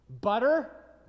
Butter